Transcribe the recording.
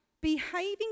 behaving